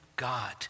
God